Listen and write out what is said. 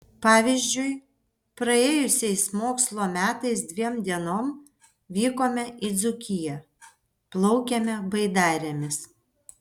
pavyzdžiui praėjusiais mokslo metais dviem dienom vykome į dzūkiją plaukėme baidarėmis